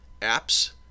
apps